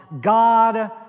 God